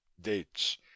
dates